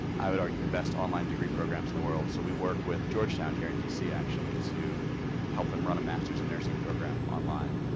i would argue, the best online degree programs in the world. so we work with georgetown here in d c, actually, to help them run a masters in nursing program online.